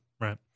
Right